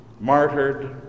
martyred